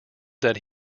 that